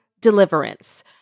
deliverance